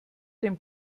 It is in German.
dem